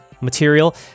material